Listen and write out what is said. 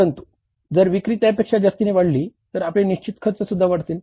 परंतु जर विक्री त्यापेक्षा जास्तीने वाढली तर आपले निश्चित खर्चसुद्धा वाढतील